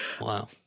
Wow